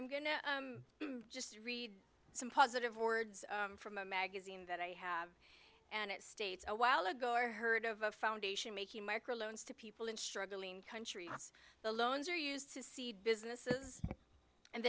i'm going to just read some positive words from a magazine that i have and it states a while ago i heard of a foundation making micro loans to people in struggling countries the loans are used to seed businesses and